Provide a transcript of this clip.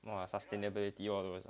!wah! sustainability all those ah